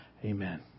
Amen